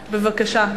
בבקשה.